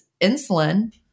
insulin